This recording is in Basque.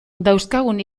dauzkagun